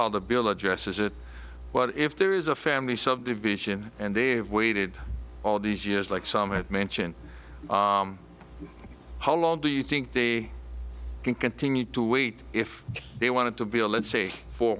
how the bill addresses it what if there is a family subdivision and they've waited all these years like some have mentioned how long do you think they can continue to wait if they want to be a let's say for